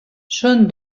són